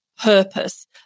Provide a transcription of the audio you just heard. purpose